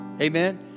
amen